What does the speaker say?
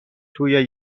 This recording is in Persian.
توی